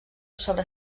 sobre